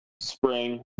spring